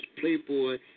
Playboy